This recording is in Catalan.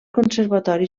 conservatori